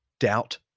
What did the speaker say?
doubt